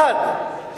אחד,